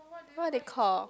what they call